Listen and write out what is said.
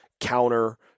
counter